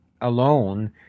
alone